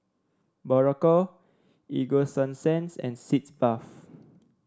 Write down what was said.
Berocca Ego Sunsense and Sitz Bath